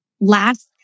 last